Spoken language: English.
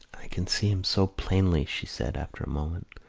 i can see him so plainly, she said, after a moment.